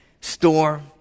storm